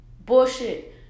bullshit